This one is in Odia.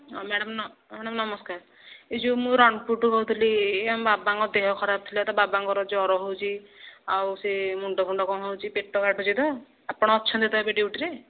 ହଁ ମ୍ୟାଡ଼ାମ୍ ନମ ନମସ୍କାର ଏହି ଯେଉଁ ମୁଁ ରାମପୁର ଠୁ କହୁଥିଲି ଏହି ଆମ ବାବାଙ୍କ ଦେହ ଖରାପ ଥିଲା ତ ବାବାଙ୍କର ଜ୍ଵର ହେଉଛି ଆଉ ସେ ମୁଣ୍ଡ ଫୁଣ୍ଡ କ'ଣ ହେଉଛି ପେଟ କାଟୁଛି ତ ଆପଣ ଅଛନ୍ତି ତ ଏବେ ଡ୍ୟୁଟିରେ